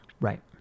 Right